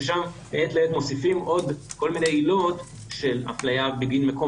ששם מעת לעת מוסיפים עוד כל מיני עילות של אפליה בגין מקום